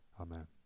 amen